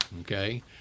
Okay